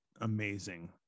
amazing